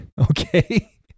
Okay